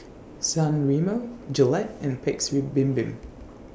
San Remo Gillette and Paik's Bibim